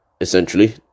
essentially